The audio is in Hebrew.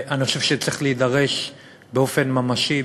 אני חושב שצריך להידרש באופן ממשי,